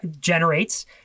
generates